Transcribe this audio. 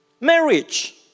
Marriage